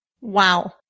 Wow